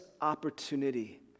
opportunity